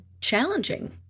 challenging